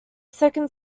second